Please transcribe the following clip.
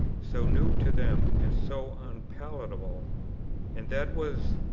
so new to them and so unpalatable and that was,